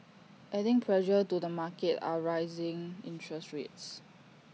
adding pressure to the market are rising interest rates